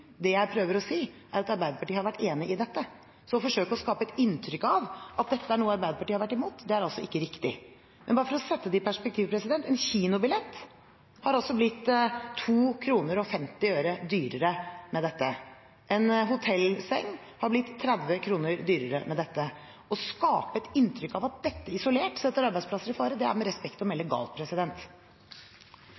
Det jeg prøver å si, er at Arbeiderpartiet har vært enig i dette. Det å forsøke å skape et inntrykk av at dette er noe Arbeiderpartiet har vært imot, er ikke riktig. Men bare for å sette det i perspektiv: En kinobillett har blitt 2,50 kr dyrere med dette, og en hotellseng 30 kr dyrere med dette. Å skape et inntrykk av at dette isolert setter arbeidsplasser i fare, er med respekt å melde